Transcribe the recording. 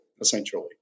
essentially